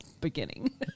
beginning